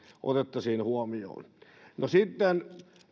otettaisiin huomioon sitten